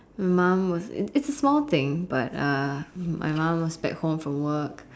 my mum was it it's a small thing but uh my mum was back home from work